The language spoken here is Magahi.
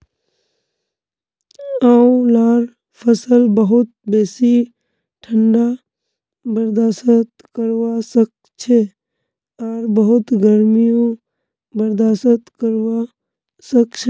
आंवलार फसल बहुत बेसी ठंडा बर्दाश्त करवा सखछे आर बहुत गर्मीयों बर्दाश्त करवा सखछे